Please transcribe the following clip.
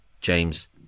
James